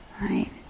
right